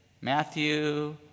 Matthew